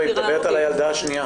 היא מדברת על הילדה השנייה.